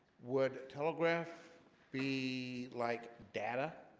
would telegraph be like data?